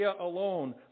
alone